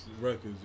records